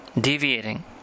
Deviating